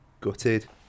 gutted